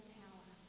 power